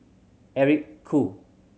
Eric Khoo